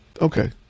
Okay